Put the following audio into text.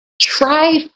try